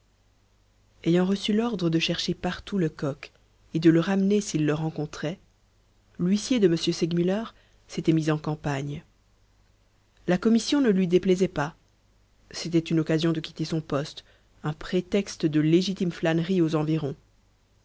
ayant reçu l'ordre de chercher partout lecoq et de le ramener s'il le rencontrait l'huissier de m segmuller s'était mis en campagne la commission ne lui déplaisait pas c'était une occasion de quitter son poste un prétexte de légitime flânerie aux environs